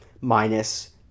minus